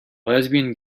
lesbian